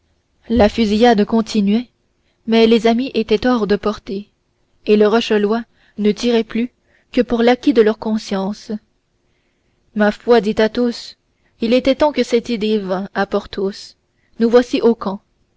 la fusillade continuait mais les amis étaient hors de portée et les rochelois ne tiraient plus que pour l'acquit de leur conscience ma foi dit athos il était temps que cette idée vînt à porthos nous voici au camp